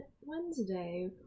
Wednesday